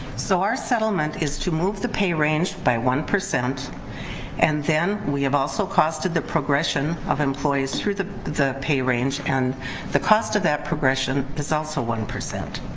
so our settlement is to move the pay range by one percent and then we have also costed the progression of employees through the the pay range and the cost of that progression is also one.